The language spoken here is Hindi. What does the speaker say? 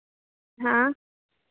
हाँ